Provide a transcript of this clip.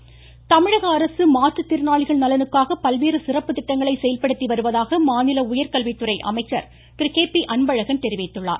அன்பழகன் தமிழகஅரசு மாற்றுத்திறனாளிகள் நலனுக்காக பல்வேறு சிறப்பு திட்டங்களை செயல்படுத்தி வருவதாக மாநில உயர்கல்வி வேளாண்துறை அமைச்சர் திரு கே பி அன்பழகன் தெரிவித்துள்ளார்